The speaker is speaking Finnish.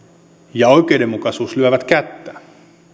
ja oikeudenmukaisuus lyövät kättä